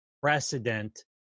precedent